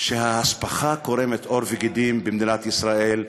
שההספחה קורמת עור וגידים במדינת ישראל,